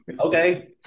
Okay